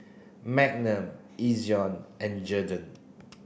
Magnum Ezion and Jergens